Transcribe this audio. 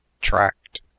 Tract